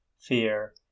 fear